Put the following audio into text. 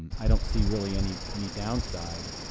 i don't see really any any downside.